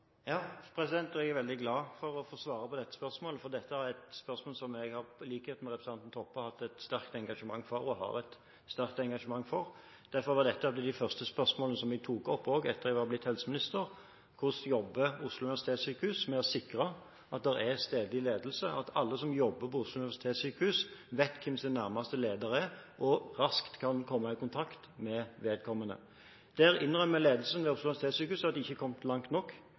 Jeg er veldig glad for å få svare på dette spørsmålet, for dette er et spørsmål som jeg i likhet med representanten Toppe har hatt og har et sterkt engasjement for. Derfor var dette av de første spørsmålene jeg tok opp etter at jeg hadde blitt helseminister: Hvordan jobber Oslo universitetssykehus med å sikre at det er stedlig ledelse, at alle som jobber på Oslo universitetssykehus, vet hvem sin nærmeste leder er og raskt kan komme i kontakt med vedkommende? Der innrømmer ledelsen ved Oslo universitetssykehus at de ikke har kommet langt nok.